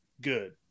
good